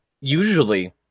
usually